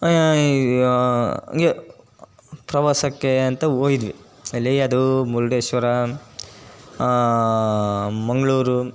ನೀ ಪ್ರವಾಸಕ್ಕೆ ಅಂತ ಹೋಗಿದ್ವಿ ಎಲ್ಲಿಗೆ ಅದು ಮುರ್ಡೇಶ್ವರ ಮಂಗಳೂರು